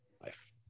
life